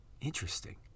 Interesting